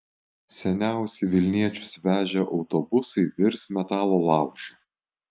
seniausi vilniečius vežę autobusai virs metalo laužu